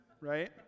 right